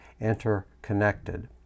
interconnected